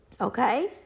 Okay